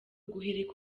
guhirika